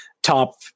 Top